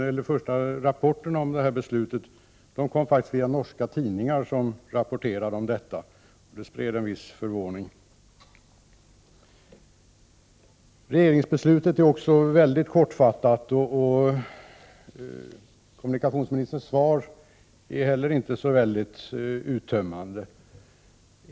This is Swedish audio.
De första rapporterna om detta beslut kom faktiskt via norska tidningar, och det spred en viss förvåning. Regeringsbeslutet är också mycket kortfattat. Kommunikationsministerns svar är inte heller så uttömmande.